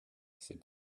c’est